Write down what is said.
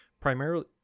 primarily